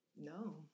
no